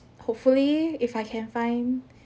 hopefully if I can find